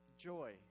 joy